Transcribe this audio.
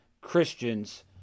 Christians